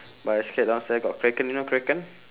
but I scared downstairs got kraken you know kraken